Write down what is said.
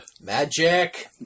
Magic